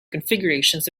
configurations